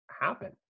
happen